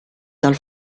dal